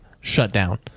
shutdown